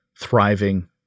thriving